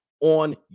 on